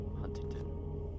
Huntington